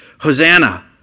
Hosanna